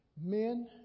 Men